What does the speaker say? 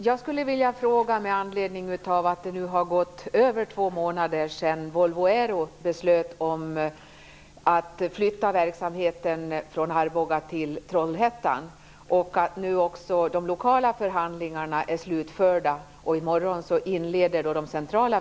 Fru talman! Det har nu gått mer än två månader sedan Volvo Aero beslutade att flytta verksamheten från Arboga till Trollhättan. De lokala förhandlingarna är slutförda och i morgon inleds de centrala.